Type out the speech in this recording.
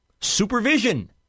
Supervision